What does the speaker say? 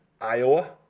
Iowa